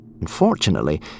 Unfortunately